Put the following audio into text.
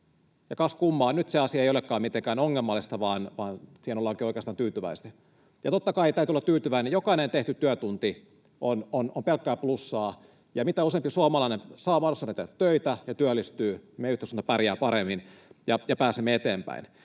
kas kummaa, nyt se asia ei olekaan mitenkään ongelmallista vaan siihen ollaankin oikeastaan tyytyväisiä. Totta kai täytyykin olla tyytyväinen; jokainen tehty työtunti on pelkkää plussaa, ja mitä useampi suomalainen saa mahdollisuuden tehdä töitä ja työllistyy, sitä paremmin meidän yhteiskunta pärjää ja pääsemme eteenpäin.